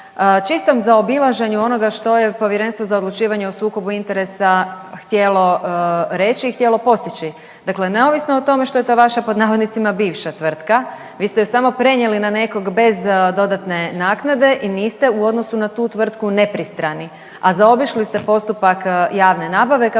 čistom zaobilaženju onoga što je Povjerenstvo za odlučivanje o sukobu interesa htjelo reći i htjelo postići. Dakle neovisno o tome što je to vaša pod navodnicima bivša tvrtka vi ste ju samo prenijeli na nekog bez dodatne naknade i niste u odnosu na tu tvrtku nepristrani, a zaobišli ste postupak javne nabave kako bi